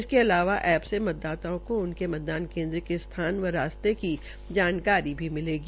इसके अलावा ऐप से मतदाताओं को उनके मतदान केन्द्र के स्थान व रास्ते की जानकारी भी मिलेगी